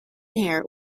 hair